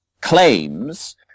claims